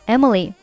Emily” 。